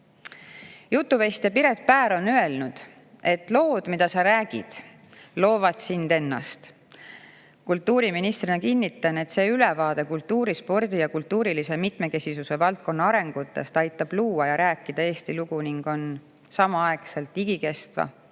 Piret Päär on öelnud, et lood, mida sa räägid, loovad sind ennast. Kultuuriministrina kinnitan, et see ülevaade kultuuri, spordi ja kultuurilise mitmekesisuse valdkonna arengutest aitab luua ja rääkida Eesti lugu ning on samaaegselt igikestva